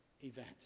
event